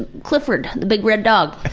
clifford, the big red dog!